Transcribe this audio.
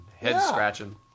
head-scratching